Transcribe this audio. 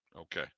Okay